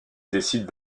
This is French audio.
décide